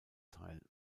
teil